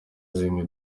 zimwe